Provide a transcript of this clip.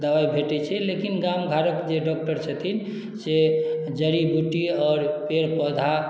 दबाइ भेटैत छै लेकिन गाम घरक जे डॉक्टर छथिन से जड़ी बुटी आओर पेड़ पौधा